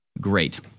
Great